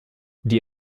die